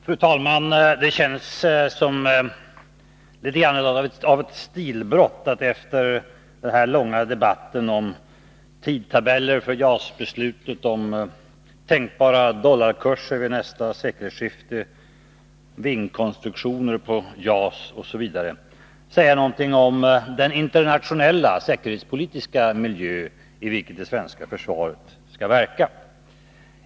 Fru talman! Det känns som något av ett stilbrott att efter den långa debatten om tidtabeller för JAS-beslutet, tänkbara dollarkurser vid nästa sekelskifte, vingkonstruktioner på JAS, osv., säga någonting om den internationella säkerhetspolitiska miljö, i vilken det svenska försvaret skall verka.